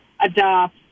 adopt